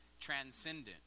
transcendent